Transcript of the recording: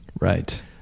Right